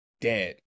dead